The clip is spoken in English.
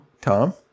Tom